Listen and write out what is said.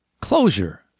closure